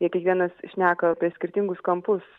ir kiekvienas šneka apie skirtingus kampus